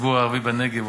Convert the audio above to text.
שהציבור הערבי בנגב,